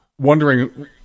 wondering